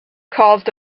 caused